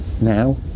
now